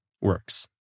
works